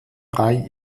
drei